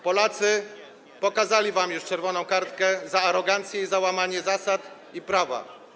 Polacy pokazali wam już czerwoną kartkę za arogancję i łamanie zasad i prawa.